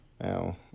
Now